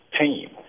team